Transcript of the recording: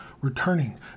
returning